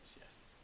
yes